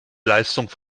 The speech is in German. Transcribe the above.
leistungen